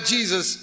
Jesus